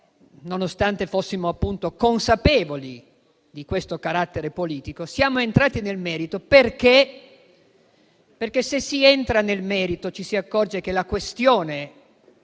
nonostante fossimo consapevoli di questo carattere politico, siamo entrati nel merito. Questo perché, se si entra nel merito, ci si accorge che la questione